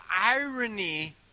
irony